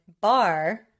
bar